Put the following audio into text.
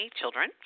children